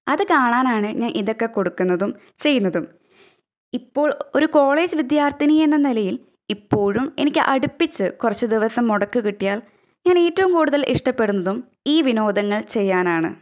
അത് കാണാനാണ് ഞാൻ ഇതൊക്കെ കൊടുക്കുന്നതും ചെയ്യുന്നതും ഇപ്പോൾ ഒരു കോളേജ് വിദ്യാർത്ഥിനി എന്ന നിലയിൽ ഇപ്പോഴും എനിക്ക് അടുപ്പിച്ച് കുറച്ച് ദിവസം മുടക്ക് കിട്ടിയാൽ ഞാൻ ഏറ്റവും കൂടുതൽ ഇഷ്ടപ്പെടുന്നതും ഈ വിനോദങ്ങൾ ചെയ്യാനാണ്